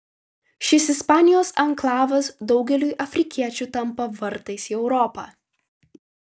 šis ispanijos anklavas daugeliui afrikiečių tampa vartais į europą